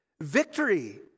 Victory